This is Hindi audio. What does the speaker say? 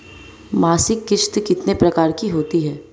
मासिक किश्त कितने प्रकार की होती है?